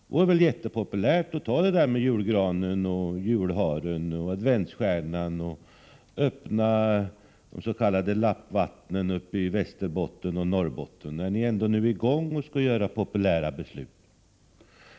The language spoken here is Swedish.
Det vore väl jättepopulärt att ta med även julgranen, julharen och adventsstjärnan samt öppna de s.k. lappvattnen uppe i Västerbotten och Norrbotten, när ni nu ändå är i gång och skall fatta populära beslut.